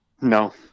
no